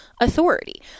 authority